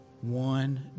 one